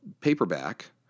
paperback